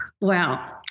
Wow